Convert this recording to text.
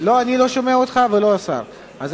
לא אני שומע אותך ולא השר, חבל מאוד.